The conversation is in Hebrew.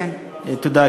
תודה.